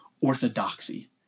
orthodoxy